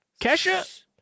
Kesha